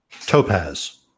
Topaz